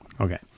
Okay